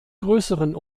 größeren